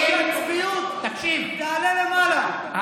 רק שהצביעות תעלה למעלה,